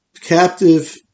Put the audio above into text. captive